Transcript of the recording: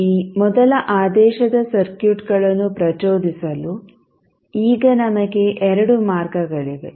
ಈ ಮೊದಲ ಆದೇಶದ ಸರ್ಕ್ಯೂಟ್ಗಳನ್ನು ಪ್ರಚೋದಿಸಲು ಈಗ ನಮಗೆ ಎರಡು ಮಾರ್ಗಗಳಿವೆ